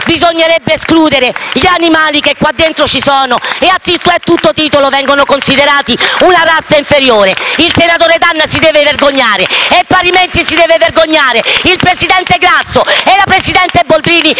bisognerebbe escludere gli animali che qua dentro sono presenti, che a tutto titolo devono essere considerati una razza inferiore. Il senatore D'Anna si deve vergognare. E parimenti devono vergognarsi il presidente Grasso e la presidente Boldrini,